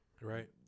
Right